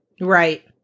Right